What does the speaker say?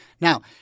Now